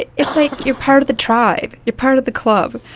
it's like you're part of the tribe, you're part of the club.